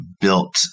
built